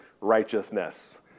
righteousness